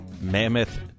Mammoth